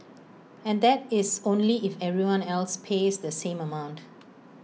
and that is only if everyone else pays the same amount